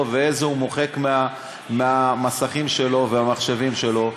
ואיזה הוא מוחק מהמסכים שלו והמחשבים שלו.